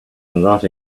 not